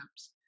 apps